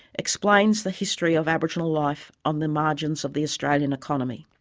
explains the history of aboriginal life on the margins of the australian economy.